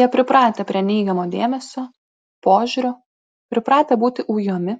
jie pripratę prie neigiamo dėmesio požiūrio pripratę būti ujami